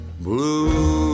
blue